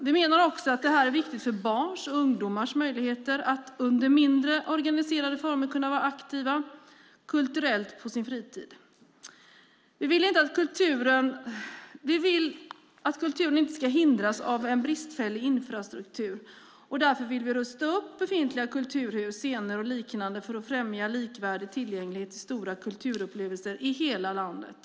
Vi menar också att detta är viktigt för barns och ungdomars möjligheter att under mindre organiserade former kunna vara kulturellt aktiva på sin fritid. Vi vill inte att kulturen ska hindras av bristfällig infrastruktur. Därför vill vi rusta upp befintliga kulturhus, scener och liknande för att främja en likvärdig tillgänglighet till stora kulturupplevelser i hela landet.